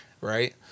right